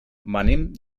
venim